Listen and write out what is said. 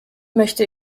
möchte